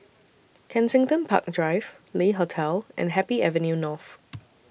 Kensington Park Drive Le Hotel and Happy Avenue North